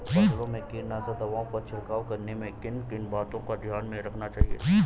फसलों में कीटनाशक दवाओं का छिड़काव करने पर किन किन बातों को ध्यान में रखना चाहिए?